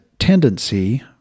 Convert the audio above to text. Tendency